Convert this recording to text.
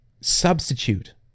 substitute